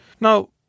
now